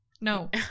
No